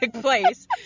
place